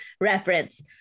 reference